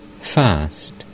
fast